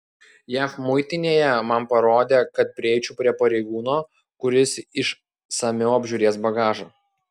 jav muitinėje man parodė kad prieičiau prie pareigūno kuris išsamiau apžiūrės bagažą